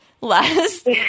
last